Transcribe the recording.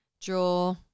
draw